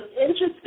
interesting